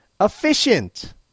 efficient